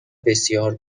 بسیار